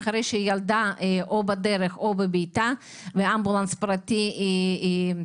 חלק מיום שבאמת לבקשת חברי הכנסת ולבקשת חברת הכנסת טטיאנה